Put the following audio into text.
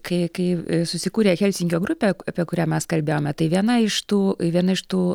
kai kai susikūrė helsinkio grupė apie kurią mes kalbėjome tai viena iš tų viena iš tų